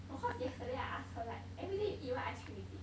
because yesterday I ask her like everyday you eat one ice cream is it